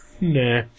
Nah